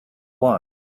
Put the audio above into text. was